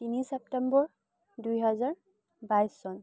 তিনি ছেপ্টেম্বৰ দুহেজাৰ বাইছ চন